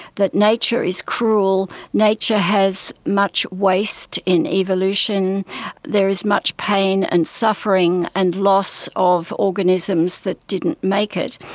that nature is cruel, nature has much waste in evolution, and there is much pain and suffering and loss of organisms that didn't make it.